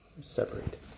separate